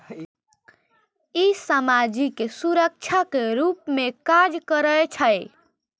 ई सामाजिक सुरक्षाक रूप मे काज करै छै